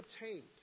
obtained